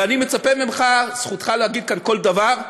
ואני מצפה ממך, זכותך להגיד כאן כל דבר,